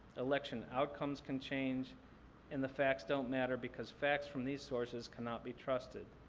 election outcomes can change and the facts don't matter because facts from these sources cannot be trusted.